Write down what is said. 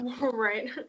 Right